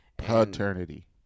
Paternity